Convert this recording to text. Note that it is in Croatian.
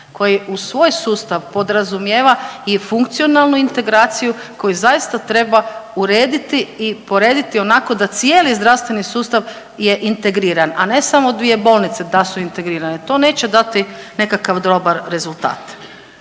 koji u svoj sustav podrazumijeva i funkcionalnu integraciju koju zaista treba urediti i porediti onako da cijeli zdravstveni sustav je integriran, a ne samo 2 bolnice da su integrirane. To neće dati nekakav dobar rezultat.